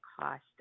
cost